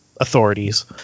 authorities